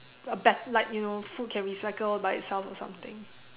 a bet~ like you know food can recycle by itself or something